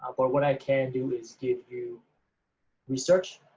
but what i can do is give you research,